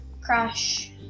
crash